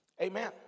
Amen